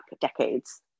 decades